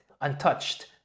untouched